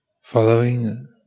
following